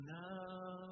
now